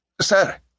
Sir